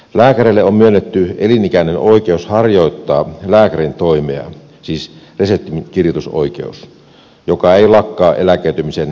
lääkäreille on myönnetty elinikäinen oikeus harjoittaa lääkärintoimea siis reseptinkirjoitusoikeus joka ei lakkaa eläköitymisen jälkeenkään